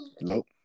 Nope